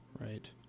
Right